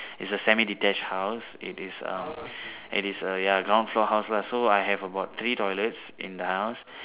it's a semi detached house it is um it is a ya ground floor house lah so I have about three toilets in the house